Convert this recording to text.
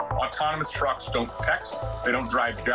um autonomous trucks don't trucks don't drive yeah